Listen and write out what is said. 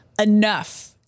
enough